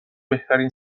بهترین